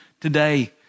today